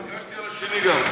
ביקשתי גם על השני.